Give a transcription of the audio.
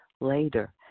later